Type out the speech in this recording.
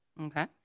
Okay